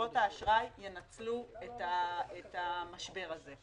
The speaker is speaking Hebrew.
חברות האשראי ינצלו את המשבר הזה.